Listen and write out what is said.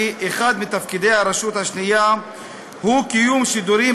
כי אחד מתפקידי הרשות השנייה הוא קיום שידורים